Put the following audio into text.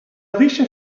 riche